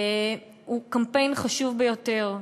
הוא קמפיין חשוב ביותר,